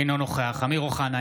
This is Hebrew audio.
אינו נוכח אמיר אוחנה,